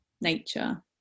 nature